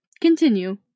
Continue